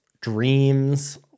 dreams